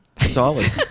Solid